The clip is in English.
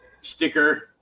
sticker